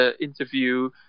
interview